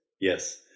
yes